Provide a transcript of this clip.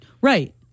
Right